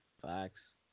facts